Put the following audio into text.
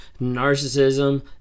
Narcissism